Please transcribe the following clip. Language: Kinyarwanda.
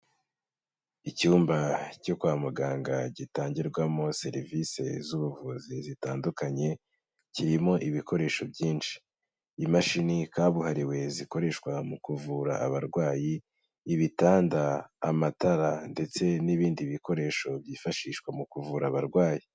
Icyumba cyo kwa muganga gitangirwamo serivise z'ubuvuzi zitandukanye, kirimo ibikoresho byinshi; imashini kabuhariwe zikoreshwa mu kuvura abarwayi, ibitanda, amatara ndetse n'ibindi bikoresho byifashishwa mu kuvura abarwayi.